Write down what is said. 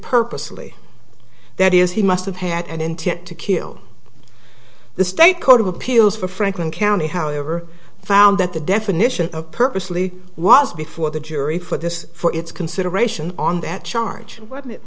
purposely that is he must have had an intent to kill the state court of appeals for franklin county however found that the definition of purposely was before the jury for this for its consideration on that charge what it